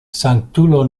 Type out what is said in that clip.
sanktulo